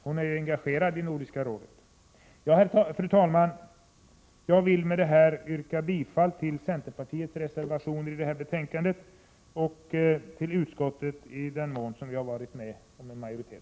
Hon är ju engagerad i Nordiska rådet. Fru talman! Med det sagda yrkar jag bifall till de reservationer av centerpartiet som är fogade till detta betänkande samt till utskottets hemställan på de punkter där vi i centern har bidragit till en majoritet.